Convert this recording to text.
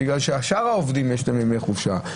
בגלל שלשאר העובדים יש ימי חופשה,